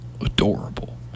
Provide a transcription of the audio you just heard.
adorable